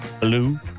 Blue